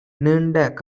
நீண்ட